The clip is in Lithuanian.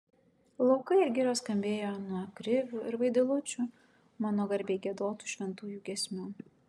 laukai ir girios skambėjo nuo krivių ir vaidilučių mano garbei giedotų šventųjų giesmių